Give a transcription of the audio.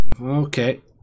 Okay